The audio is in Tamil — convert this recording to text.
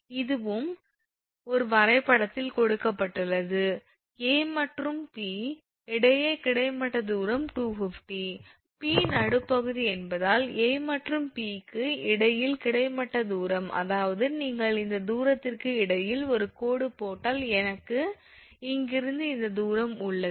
இதுவும் ஒரு வரைபடத்தில் கொடுக்கப்பட்டுள்ளது A மற்றும் P இடையே கிடைமட்ட தூரம் 250 𝑃 நடுப்புள்ளி என்பதால் A மற்றும் 𝑃 க்கு இடையில் கிடைமட்ட தூரம் அதாவது நீங்கள் இந்த தூரத்திற்கு இடையில் ஒரு கோடு போட்டால் எனக்கு இங்கிருந்து இந்த தூரம் உள்ளது